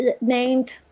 named